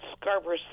Scarborough